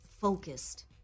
focused